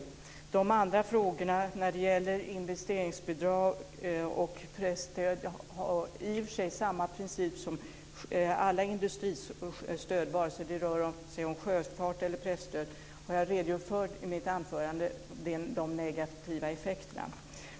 När det gäller frågorna om investeringsbidrag och presstöd, vilka i och för sig omfattas av samma princip som alla industristöd vare sig det rör sig om sjöfart eller presstöd, har jag i mitt anförande redogjort för de negativa effekterna.